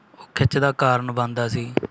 ਉਹ ਖਿੱਚ ਦਾ ਕਾਰਨ ਬਣਦਾ ਸੀ